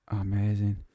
Amazing